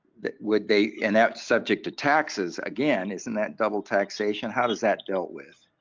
that would they in that subject to taxes again isn't that double taxation how does that dealt with?